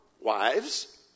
wives